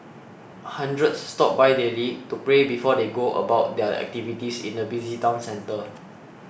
hundreds stop by daily to pray before they go about their activities in the busy town centre